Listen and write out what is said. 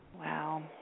Wow